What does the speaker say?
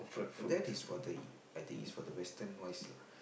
that is further in I think is further is ten points lah